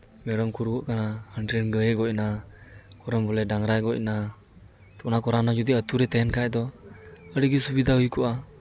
ᱢᱮᱨᱚᱢ ᱠᱚ ᱨᱩᱣᱟᱹᱜ ᱠᱟᱱᱟ ᱦᱟᱱᱤᱨᱮᱱ ᱜᱟᱹᱭ ᱮ ᱜᱚᱡ ᱮᱱᱟ ᱩᱱᱠᱩ ᱨᱮᱱ ᱵᱚᱞᱮ ᱰᱟᱝᱨᱟᱭ ᱜᱚᱡ ᱮᱱᱟ ᱛᱚ ᱚᱱᱟ ᱠᱚ ᱨᱟᱱ ᱡᱩᱫᱤ ᱟᱛᱳ ᱨᱮ ᱛᱟᱦᱮᱱ ᱠᱷᱟᱡ ᱫᱚ ᱟᱹᱰᱤᱜᱮ ᱥᱩᱵᱤᱫᱷᱟ ᱦᱩᱭ ᱠᱚᱜᱼᱟ